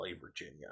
Virginia